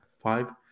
five